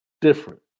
different